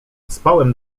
spałem